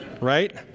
Right